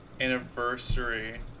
anniversary